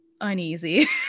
uneasy